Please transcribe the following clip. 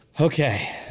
Okay